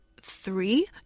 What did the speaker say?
three